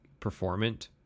performant